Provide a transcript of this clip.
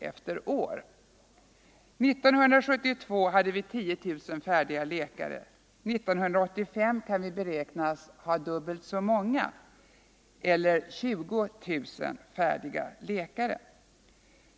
1972 hade vi 10 000 färdiga läkare, år 1985 63 kan vi beräknas ha dubbelt så många, alltså 20 000 färdiga läkare.